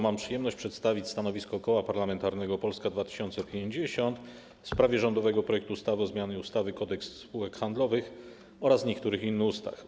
Mam przyjemność przedstawić stanowisko Koła Parlamentarnego Polska 2050 w sprawie rządowego projektu ustawy o zmianie ustawy Kodeks spółek handlowych oraz niektórych innych ustaw.